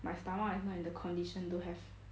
my stomach is not in the condition to have